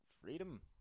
freedom